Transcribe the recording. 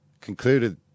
concluded